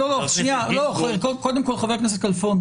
זה נכון גם לגבי חוק הלאום שרבים התנגדו למרות שהוא מובן מאליו.